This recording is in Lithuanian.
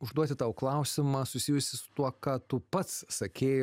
užduoti tau klausimą susijusį su tuo ką tu pats sakei